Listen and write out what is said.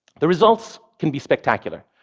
the results can be spectacular.